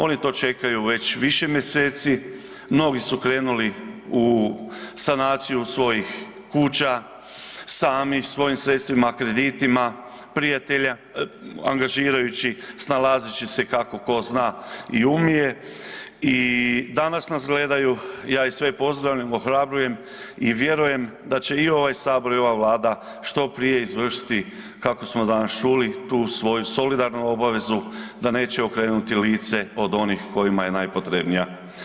Oni to čekaju već više mjeseci, mnogi su krenuli u sanaciju svojih kuća sami, svojim sredstvima, kreditima, prijatelja angažirajući, snalazeći se kako tko zna i umije i danas nas gledaju, ja ih sve pozdravljam, ohrabrujem i vjerujem da će i ovaj sabor i ova Vlada što prije izvršiti kako smo danas čuli tu svoju solidarnu obavezu, da neće okrenuti lice od onih kojima je najpotrebnija.